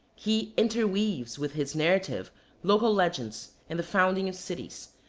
he interweaves with his narrative local legends and the founding of cities,